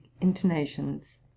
intonations